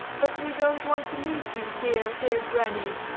but we don't want to leave you, dear, dear granny!